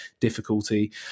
difficulty